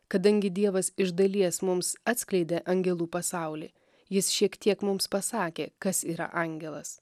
kadangi dievas iš dalies mums atskleidė angelų pasaulį jis šiek tiek mums pasakė kas yra angelas